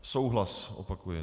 Souhlas, opakuji.